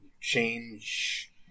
change